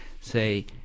say